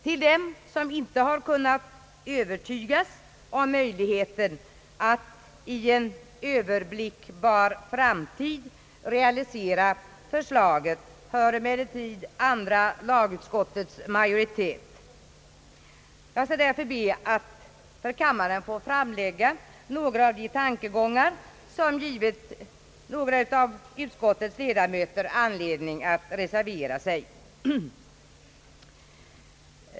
Till dem som inte har kunnat övertygas om möjligheten att inom en överblickbar framtid realisera förslaget hör emellertid andra lagutskottets majoritet. Jag skall därför be att för kammaren få framlägga några av de tankegångar som givit några av utskottets ledamöter anledning att reservera sig.